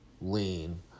lean